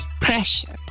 pressure